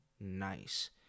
nice